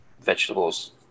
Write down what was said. vegetables